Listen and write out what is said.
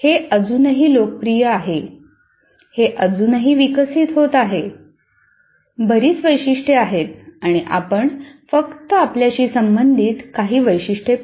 हे अजूनही लोकप्रिय आहे हे अजूनही विकसित होत आहे बरीच वैशिष्ट्ये आहेत आणि आपण फक्त आपल्याशी संबंधित काही वैशिष्ट्ये पाहू